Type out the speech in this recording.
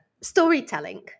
storytelling